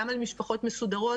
גם על משפחות מסודרות,